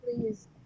please